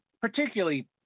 particularly